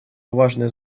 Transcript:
важное